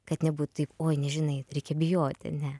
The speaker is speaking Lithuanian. kad nebūtų taip oi nežinai reikia bijoti ne